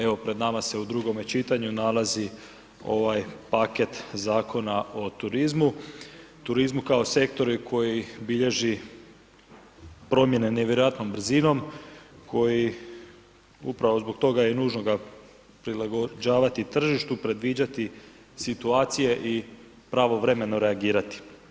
Evo pred nama se u drugome čitanju nalazi ovaj paket zakona o turizmu, turizmu kao sektoru koji bilježi promjene nevjerojatnom brzinom, koji upravo zbog toga i nužno ga je prilagođavati tržištu, predviđati situacije i pravovremeno reagirati.